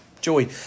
joy